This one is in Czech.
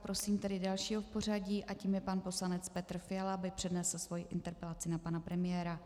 Prosím tedy dalšího v pořadí, a tím je pan poslanec Petr Fiala, aby přednesl svou interpelací na pana premiéra.